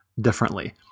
differently